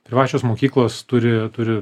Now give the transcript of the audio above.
privačios mokyklos turi turi